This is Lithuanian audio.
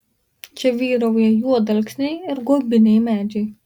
čia vyrauja juodalksniai ir guobiniai medžiai